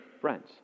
friends